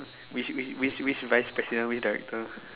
wish wish wish wish vice president with director